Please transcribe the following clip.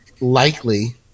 likely